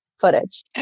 footage